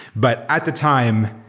but at the time,